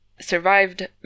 survived